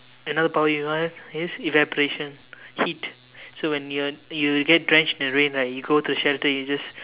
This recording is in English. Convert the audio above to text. another power you have is evaporation heat so when when you get drenched in the rain right you go to shelter you just